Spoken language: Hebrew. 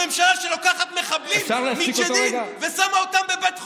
הממשלה שלוקחת מחבלים מג'נין ושמה אותם בבית חולים,